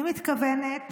אני מתכוונת